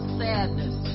sadness